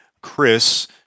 Chris